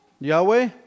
Yahweh